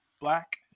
black